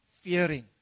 fearing